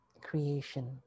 creation